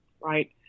right